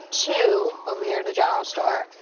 two over here to the general store.